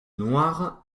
noire